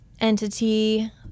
entity